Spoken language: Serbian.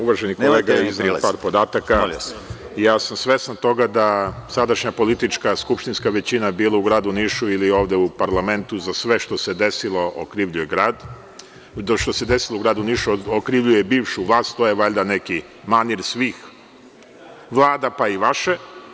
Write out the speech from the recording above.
Uvaženi kolega je izneo par podataka i ja sam svestan toga da sadašnja politička skupštinska većina, bilo u Gradu Nišu ili ovde u parlamentu, za sve što se desilo u Gradu Nišu okrivljuje bivšu vlast, to je valjda neki manir svih vlada, pa i vaše.